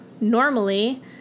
normally